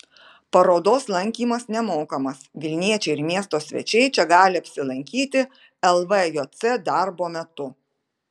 parodos lankymas nemokamas vilniečiai ir miesto svečiai čia gali apsilankyti lvjc darbo metu